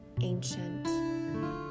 ancient